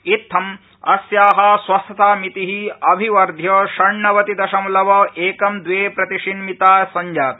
इत्थं अस्या स्वस्थतामिति अभिवर्घ्य षष्णवति दशलमव एकं द्वे प्रतिशिन्मिता संजाता